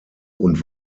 und